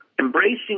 Embracing